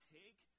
take